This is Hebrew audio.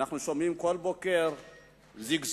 אנו שומעים כל בוקר זיגזוגים,